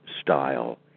style